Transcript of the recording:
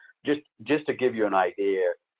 just just to give you an idea,